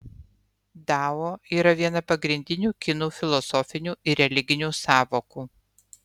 dao yra viena pagrindinių kinų filosofinių ir religinių sąvokų